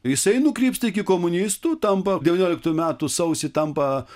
jisai nukrypsta iki komunistų tampa devynioliktų metų sausį tampa